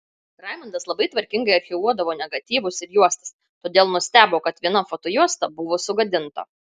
raimundas labai tvarkingai archyvuodavo negatyvus ir juostas todėl nustebo kad viena fotojuosta buvo sugadinta